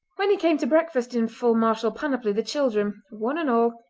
when he came to breakfast in full martial panoply the children, one and all,